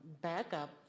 backup